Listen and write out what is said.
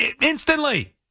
instantly